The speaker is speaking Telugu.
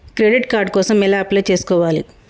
క్రెడిట్ కార్డ్ కోసం ఎలా అప్లై చేసుకోవాలి?